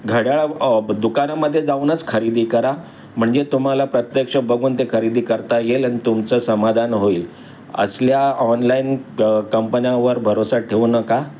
घड्याळा दुकानामधे जाऊनच खरेदी करा म्हणजे तुम्हाला प्रत्यक्ष बघून ते खरेदी करता येईल आणि तुमचं समाधान होईल असल्या ऑनलाईन कंपन्यांवर भरोसा ठेऊ नका